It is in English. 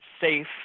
safe